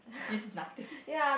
feels nothing